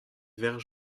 vert